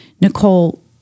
Nicole